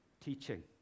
teaching